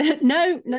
No